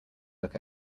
look